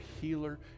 healer